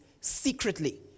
Secretly